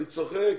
צוחק,